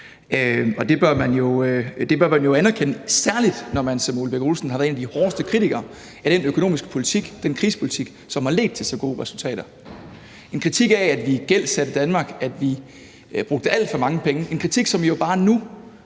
og det bør man jo anerkende, særlig når man som hr. Ole Birk Olesen har været en af de hårdeste kritikere af den økonomiske politik, den krisepolitik, som har ledt til så gode resultater – en kritik af, at vi gældsatte Danmark, at vi brugte alt for mange penge; en kritik, som jo bare nu